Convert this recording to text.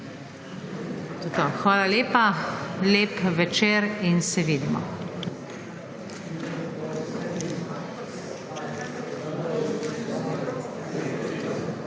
Hvala lepa, lep večer in se vidimo.